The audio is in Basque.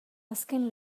azken